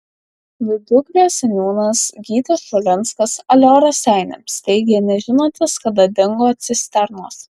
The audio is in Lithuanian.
viduklės seniūnas gytis šulinskas alio raseiniams teigė nežinantis kada dingo cisternos